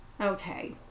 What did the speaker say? Okay